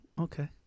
okay